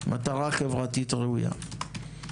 מטרה חברתית ראויה.